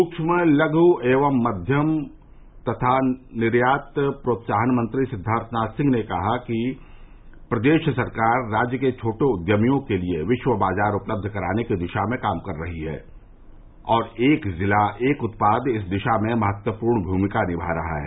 सूक्ष्म लघ् एवं मध्यम उद्यम तथा निर्यात प्रोत्साहन मंत्री सिद्वार्थ नाथ सिंह ने कहा कि प्रदेश सरकार राज्य के छोटे उद्यमियों के लिये विश्व बाजार उपलब्ध कराने की दिशा में काम कर रही है और एक ज़िला एक उत्पाद इस दिशा में महत्वपूर्ण भूमिका निभा रहा है